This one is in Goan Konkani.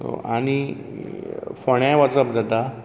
आनी फोंड्यां वचप जाता